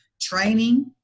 Training